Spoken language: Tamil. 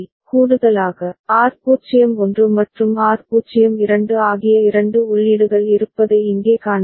கூடுதலாக R01 மற்றும் R02 ஆகிய இரண்டு உள்ளீடுகள் இருப்பதை இங்கே காணலாம்